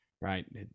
right